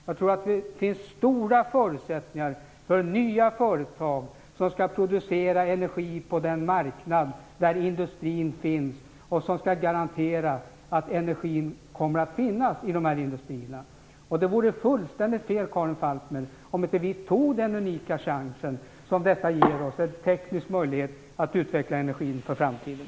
Jag tror att förutsättningarna är stora för nya företag som skall producera energi på den marknad där industrin finns och som skall garantera att det finns energi för dessa industrier. Det vore fullständigt fel, Karin Falkmer, om vi inte tog den unika chans som detta ger oss. Det är en teknisk möjlighet att utveckla energin för framtiden.